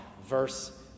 verse